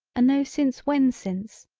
a no since when since,